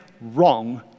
wrong